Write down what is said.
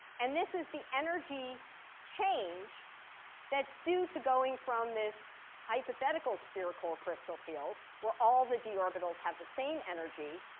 and this is the energy change that's due to going from this hypothetical spherical crystal field, where all the d orbitals have the same energy.